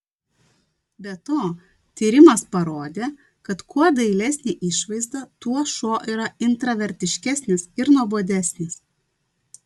be to tyrimas parodė kad kuo dailesnė išvaizda tuo šuo yra intravertiškesnis ir nuobodesnis